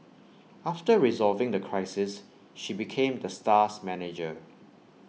after resolving the crisis she became the star's manager